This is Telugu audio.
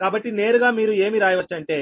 కాబట్టి నేరుగా మీరు ఏమి రాయవచ్చు అంటే